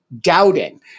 doubting